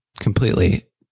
Completely